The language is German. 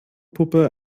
puppe